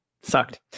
sucked